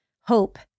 hope